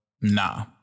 nah